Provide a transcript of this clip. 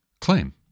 claim